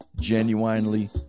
genuinely